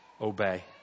obey